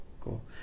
Cool